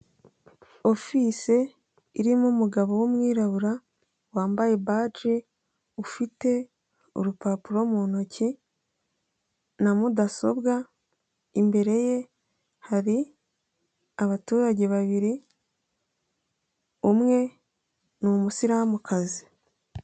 Ofise irimo umugabo w'umwirabura wambaye baje ufite urupapuro mu ntoki na mudasobwa, imbere ye hari abaturage babiri umwe ni umusiramukazi.